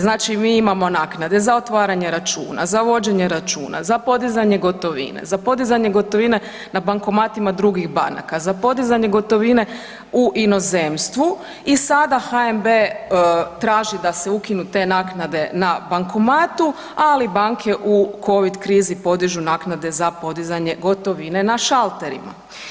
Znači mi imamo naknade za otvaranje računa, za vođenje računa, za podizanje gotovine, za podizanje gotovine na bankomatima drugih banaka, za podizanje gotovine u inozemstvu i sada HNB traži da se ukinu te naknade na bankomatu, ali banke u Covid krizi podižu naknade za podizanje gotovine na šalterima.